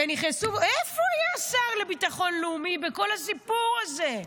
איפה היה השר לביטחון לאומי בכל הסיפור הזה?